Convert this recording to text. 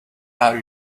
are